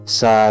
sa